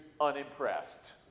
unimpressed